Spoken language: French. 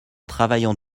travaillant